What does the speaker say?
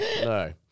no